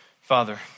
Father